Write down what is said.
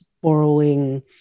borrowing